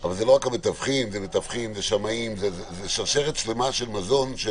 לא מדובר רק בהם, מדובר בשרשרת שלמה של מזון.